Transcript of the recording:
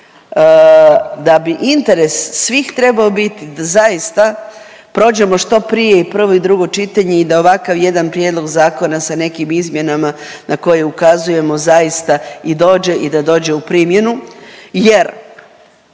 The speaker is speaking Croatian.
da bi interes svih trebao biti da zaista prođemo što prije i prvo i drugo čitanje i da ovakav jedan prijedlog zakona sa nekim izmjenama na koje ukazujemo, zaista i dođe i da dođe u primjenu jer